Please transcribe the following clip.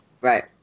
Right